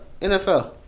NFL